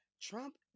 Trump